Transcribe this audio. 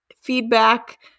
feedback